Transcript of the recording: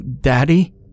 Daddy